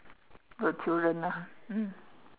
the children ah mm